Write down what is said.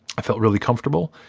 i felt really comfortable,